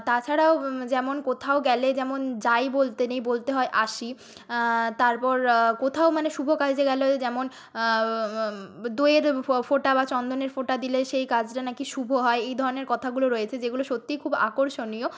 তাছাড়াও যেমন কোথাও গেলে যেমন যাই বলতে নেই বলতে হয় আসি তারপর কোথাও মানে শুভ কাজে গেলেও যেমন দইয়ের ফোঁটা বা চন্দনের ফোঁটা দিলে সেই কাজটা না কি শুভ হয় এই ধরনের কথাগুলো রয়েছে যেগুলো সত্যিই খুব আকর্ষণীয়